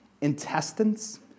intestines